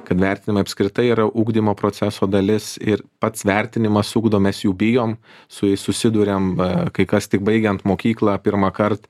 kad vertinimai apskritai yra ugdymo proceso dalis ir pats vertinimas ugdo mes jų bijom su jais susiduriam va kai kas tik baigiant mokyklą pirmąkart